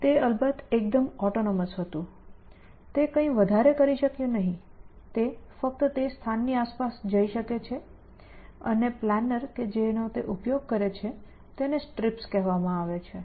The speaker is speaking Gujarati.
તે અલબત્ત એકદમ ઑટોનોમસ હતું તે કંઈ વધારે કરી શક્યું નહીં તે ફક્ત તે સ્થાનની આસપાસ જઇ શકે છે અને પ્લાનર કે જેનો તે ઉપયોગ કરે છે તેને STRIPS કહેવામાં આવે છે